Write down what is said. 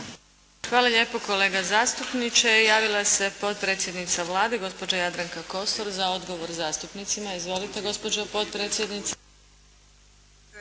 Hvala lijepo kolega zastupniče. Javila se potpredsjednica Vlade gospođa Jadranka Kosor za odgovor zastupnicima. Izvolite gospođo potpredsjednice!